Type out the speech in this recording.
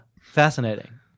fascinating